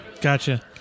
Gotcha